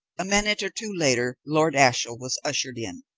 a minute or two later lord ashiel was ushered in.